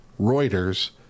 Reuters